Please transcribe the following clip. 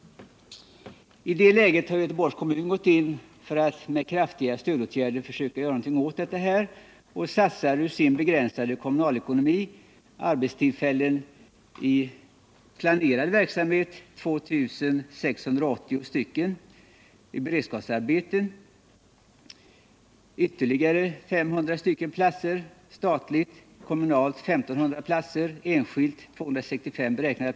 Göteborgs kommun har gått in för att med kraftiga åtgärder försöka göra något åt detta läge. Den har med sin begränsade kommunala ekonomi uppgiften att ge arbetstillfällen i planerad verksamhet åt 2 680 personer. I statligt beredskapsarbete sysselsätts ytterligare 529 ungdomar, i kommunalt beredskapsarbete 1 558 och i enskilt beredskapsarbete 265. Totalt inkl.